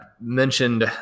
mentioned